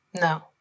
No